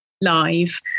live